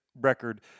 record